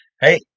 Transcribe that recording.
Hey